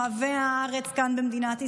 אוהבי הארץ, כאן במדינת ישראל.